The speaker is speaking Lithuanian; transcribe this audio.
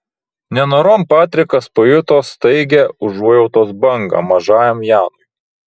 nenorom patrikas pajuto staigią užuojautos bangą mažajam janui